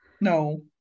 No